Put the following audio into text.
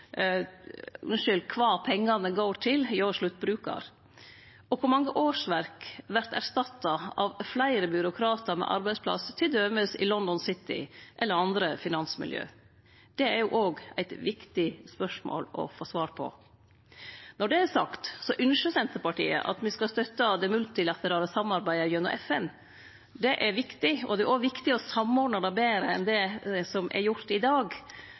til hjå sluttbrukaren. Og kor mange årsverk vert erstatta av fleire byråkratar med arbeidsplass til dømes i London City eller andre finansmiljø? Det er òg eit viktig spørsmål å få svar på. Når det er sagt, ynskjer Senterpartiet at me skal støtte det multilaterale samarbeidet gjennom FN. Det er viktig, og det er òg viktig å samordne det betre enn det som er gjort i dag,